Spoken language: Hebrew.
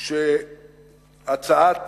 שהצעת